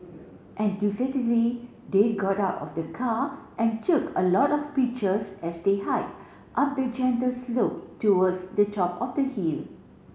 they got out of the car and took a lot of pictures as they hiked up the gentle slope towards the top of the hill